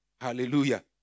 hallelujah